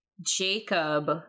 Jacob